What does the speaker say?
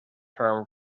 term